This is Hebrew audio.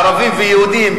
ערבים ויהודים,